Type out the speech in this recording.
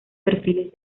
perfiles